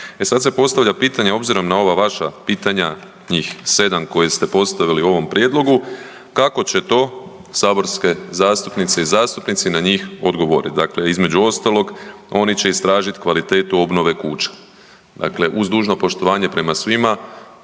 E sad se postavlja pitanje obzirom na ova vaša pitanja njih 7 koje ste postavili u ovom prijedlogu kako će to saborske zastupnice i zastupnici na njih odgovoriti. Dakle, između ostalog oni će istražit kvalitetu obnove kuća. Dakle, uz dužno poštovanje prema svima